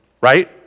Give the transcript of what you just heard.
right